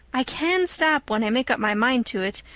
i can stop when i make up my mind to it,